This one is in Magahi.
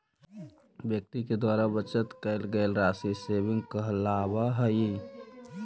व्यक्ति के द्वारा बचत कैल गेल राशि सेविंग कहलावऽ हई